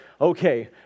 okay